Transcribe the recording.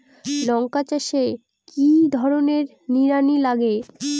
লঙ্কা চাষে কি ধরনের নিড়ানি লাগে?